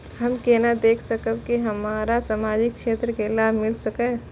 हम केना देख सकब के हमरा सामाजिक क्षेत्र के लाभ मिल सकैये?